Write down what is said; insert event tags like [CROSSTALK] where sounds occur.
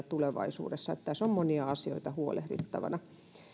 [UNINTELLIGIBLE] tulevaisuudessa tässä on monia asioita huolehdittavana